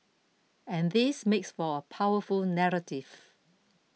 and this makes for a powerful narrative